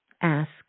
Ask